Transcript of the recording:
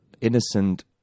innocent